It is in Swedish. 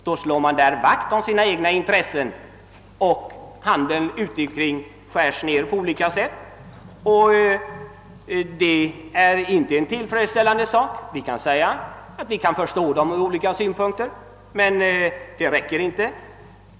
Då slår man inom EEC vakt om sina egna intressen och handeln utikring skärs ned på olika sätt. Det är inte tillfredsställande. Vi kan säga att vi ur olika synpunkter förstår länderna inom EEC. Men det räcker inte.